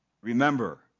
Remember